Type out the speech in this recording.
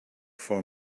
for